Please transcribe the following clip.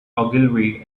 ogilvy